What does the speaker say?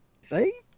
See